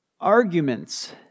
arguments